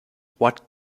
what